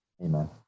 Amen